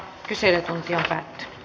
kyselytunti päättyi